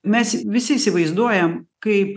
mes visi įsivaizduojam kaip